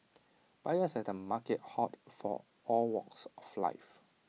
buyers at the markets hailed from all walks of life